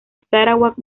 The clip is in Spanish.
sarawak